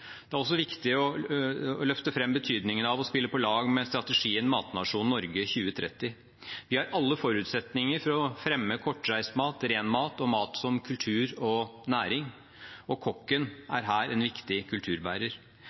Det er også viktig å løfte fram betydningen av å spille på lag med strategien «Matnasjonen Norge 2030». Vi har alle forutsetninger for å fremme kortreist mat, ren mat og mat som kultur og næring. Kokken er her en viktig kulturbærer.